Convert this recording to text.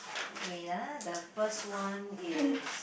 wait ah the first one is